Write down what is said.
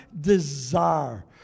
desire